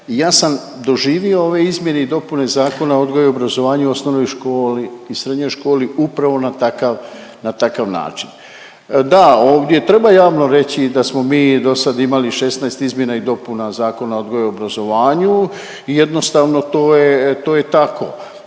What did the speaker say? Ja sam doživio ove izmjene i dopune Zakona o odgoju i obrazovanju u osnovnoj školi i srednjoj školi upravo na takav, na takav način. Da, ovdje treba javno reći da smo mi dosad imali 16 izmjena i dopuna Zakona o odgoju i obrazovanju i jednostavno to je, to